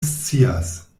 scias